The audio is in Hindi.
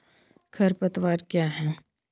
खरपतवार क्या है?